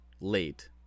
late